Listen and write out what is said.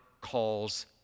calls